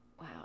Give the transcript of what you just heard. wow